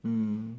mm